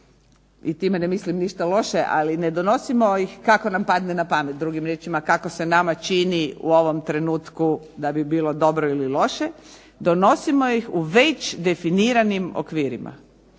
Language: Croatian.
i time ne mislim ništa loše, ali ne donosimo ih kako nam padne na pamet, drugim riječima kako se nama čini u ovom trenutku da bi bilo dobro ili loše, donosimo ih u već definiranim okvirima.